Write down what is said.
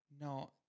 No